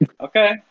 Okay